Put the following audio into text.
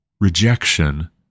rejection